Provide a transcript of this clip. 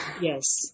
Yes